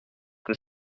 que